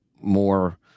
more